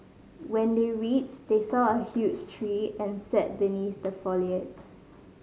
when they reached they saw a huge tree and sat beneath the foliage